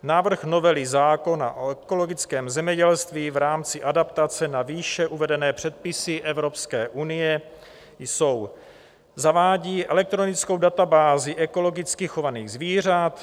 Návrhy novely zákona o ekologickém zemědělství v rámci adaptace na výše uvedené předpisy Evropské unie jsou: zavádí elektronickou databázi ekologicky chovaných zvířat;